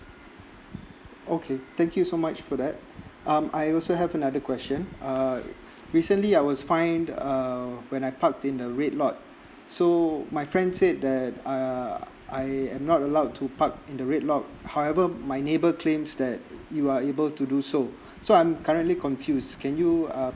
okay thank you so much for that um I also have another question uh recently I was fined err when I parked in a red lot so my friend said that err I am not allowed to park in the rate lot however my neighbour claims that you are able to do so so I'm currently confuse can you uh